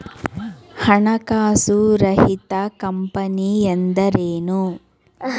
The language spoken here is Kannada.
ಹಣಕಾಸು ರಹಿತ ಕಂಪನಿ ಎಂದರೇನು?